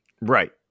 right